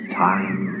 time